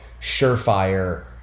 surefire